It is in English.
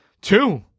Two